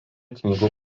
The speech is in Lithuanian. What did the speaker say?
knygų